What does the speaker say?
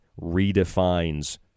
redefines